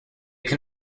can